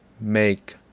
Make